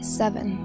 seven